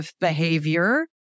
behavior